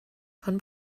von